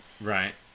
Right